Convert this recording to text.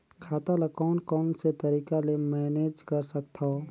खाता ल कौन कौन से तरीका ले मैनेज कर सकथव?